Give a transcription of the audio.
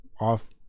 off